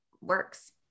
works